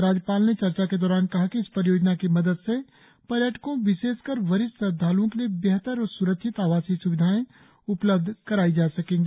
राज्यपाल ने चर्चा के दौरान कहा कि इस परियोजना की मदद से पर्यटको विशेषकर वरिष्ठ श्रद्वाल्ओ के लिए बेहतर और स्रक्षित आवासीय स्विधाएं उपलब्ध कराई जा सकेंगी